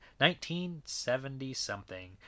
1970-something